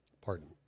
Pardon